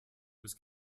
was